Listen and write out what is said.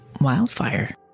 Wildfire